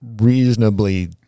reasonably